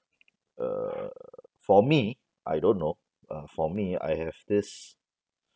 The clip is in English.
err for me I don't know uh for me I have this